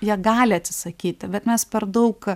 jie gali atsisakyti bet mes per daug